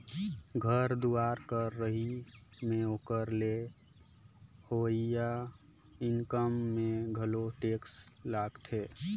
घर दुवार कर रहई में ओकर ले होवइया इनकम में घलो टेक्स लागथें